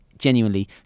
Genuinely